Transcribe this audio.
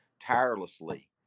tirelessly